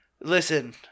listen